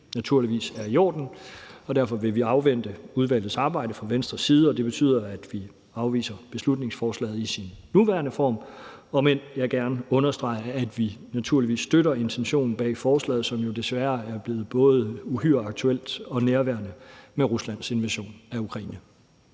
juridiske er i orden. Derfor vil vi fra Venstres side afvente udvalgets arbejde, og det betyder, at vi afviser beslutningsforslaget i dets nuværende form, om end jeg gerne vil understrege, at vi naturligvis støtter intentionen bag forslaget, som jo desværre er blevet uhyre aktuel med Ruslands invasion af Ukraine.